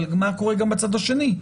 אבל מה קורה גם בצד השני.